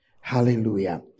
Hallelujah